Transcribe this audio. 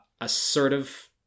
assertive